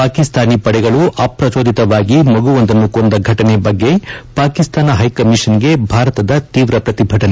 ಪಾಕಿಸ್ತಾನಿ ಪಡೆಗಳು ಅಪ್ರಚೋದಿತವಾಗಿ ಮಗುವೊಂದನ್ನು ಕೊಂದ ಘಟನೆ ಬಗ್ಗೆ ಪಾಕಿಸ್ತಾನ ಹೈಕಮಿಷನ್ಗೆ ಭಾರತದ ತೀವ್ರ ಪ್ರತಿಭಟನೆ